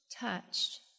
touched